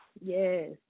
Yes